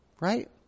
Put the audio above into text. right